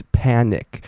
panic